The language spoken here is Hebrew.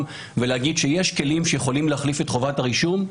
ולומר שיש כלים שיכולים להחליף את חובת הרישום.